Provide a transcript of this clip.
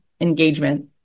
engagement